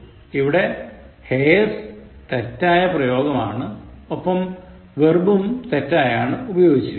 ഇവിടെ hairs തെറ്റായ പ്രയോഗമാണ് ഒപ്പം verbഉം തെറ്റായാണ് ഉപയോഗിച്ചിരിക്കുന്നത്